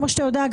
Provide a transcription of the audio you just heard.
כמו שאתה יודע,